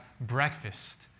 breakfast